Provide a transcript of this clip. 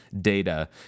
data